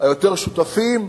היותר-שותפים,